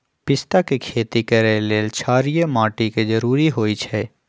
पिस्ता के खेती करय लेल क्षारीय माटी के जरूरी होई छै